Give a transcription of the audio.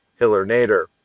Hillernader